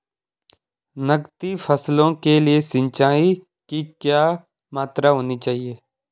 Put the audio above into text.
नकदी फसलों के लिए सिंचाई की क्या मात्रा होनी चाहिए?